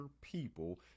people